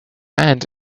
and